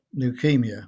leukemia